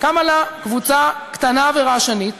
קמה לה קבוצה קטנה ורעשנית